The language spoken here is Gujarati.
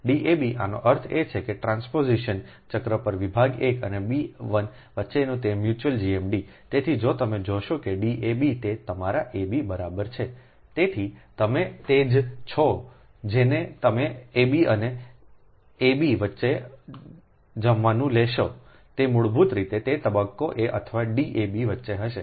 D abઆનો અર્થ એ છે કે ટ્રાન્સપોઝિશન ચક્ર પર વિભાગ 1 અને b 1 વચ્ચેના તે મ્યુચ્યુઅલ GMDતેથી જો તમે જોશો કે D ab તે તમારા a b બરાબર છે તેથી તમે તે જ છો જેને તમે અબ અને અબ વચ્ચે જમવાનું લેશો તે મૂળભૂત રીતે તે તબક્કો એ અથવા D અબ વચ્ચે હશે